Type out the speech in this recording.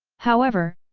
however,